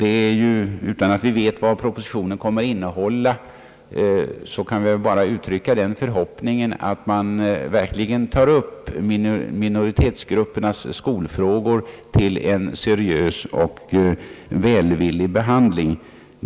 Så länge vi inte vet vad propositionen kommer att innehålla, kan vi bara uttrycka förhoppningen att man verkligen tar upp minoritetsgruppernas skolfrågor till en seriös och välvillig behandling.